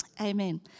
Amen